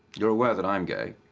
you're aware that i'm gay?